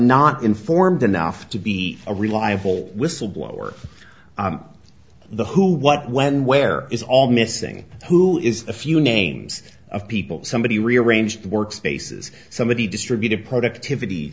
not informed enough to be a reliable whistleblower the who what when where is all missing who is a few names of people somebody rearranged workspaces somebody distributed productivity